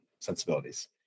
sensibilities